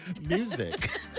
Music